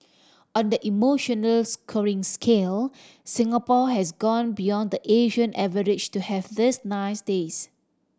on the emotional scoring scale Singapore has gone beyond the Asian average to have these nice days